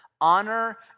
Honor